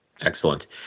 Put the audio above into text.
Excellent